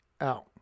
Out